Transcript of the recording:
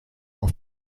auf